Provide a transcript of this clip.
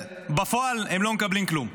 בפועל הם לא מקבלים כלום.